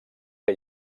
que